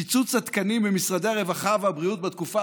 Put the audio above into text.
קיצוץ התקנים במשרדי הרווחה והבריאות בתקופה